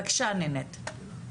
בקשה, נינט.